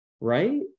right